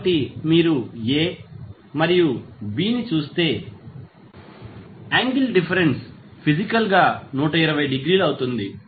కాబట్టి మీరు A మరియు B ని చూస్తే యాంగిల్ డిఫరెన్స్ ఫిజికల్ గా 120 డిగ్రీలు అవుతుంది